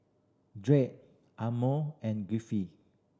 Drake Ammon and Griffith